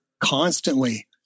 constantly